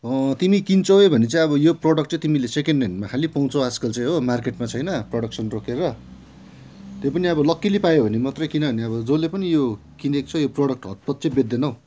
तिमी किन्छौ भने चाहिँ अब यो प्रडक्ट चाहिँ तिमीले चाहिँ सेकेन्ड ह्यान्डमा खालि पाउँछौ हो आजकल चाहिँ हो मार्केटमा छैन प्रडक्सन रोकेर त्यही पनि अब लक्किली पायौ भने मात्रै किनभने अब जसले पनि यो किनेको छ यो प्रडक्ट हतपत चाहिँ बेच्दैन हौ